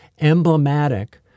emblematic